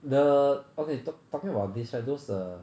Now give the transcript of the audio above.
the okay talk talking about this right those err